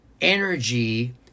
energy